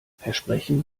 versprechen